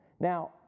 Now